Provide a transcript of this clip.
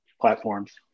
platforms